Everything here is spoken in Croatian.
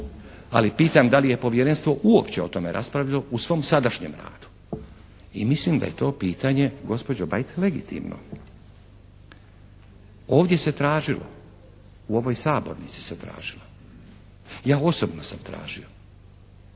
ali pitam da li je Povjerenstvo uopće o tome raspravljalo u svom sadašnjem radu i mislim da je to pitanje gospođo Bajt legitimno. Ovdje se tražilo, u ovom sabornici se tražilo, ja osobno sam tražio